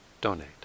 donate